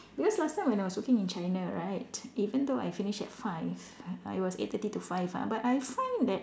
because last time when I was working in China right even though I finish at five I was eight thirty to five ah but I find that